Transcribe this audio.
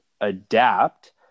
adapt